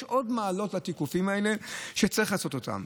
יש עוד מעלות לתיקופים האלה, וצריך לעשות אותם.